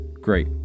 great